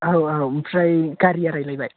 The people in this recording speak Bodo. औ औ ओमफ्राय गारिया रायज्लायबाय